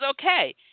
okay